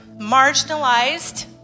Marginalized